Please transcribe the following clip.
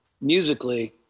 musically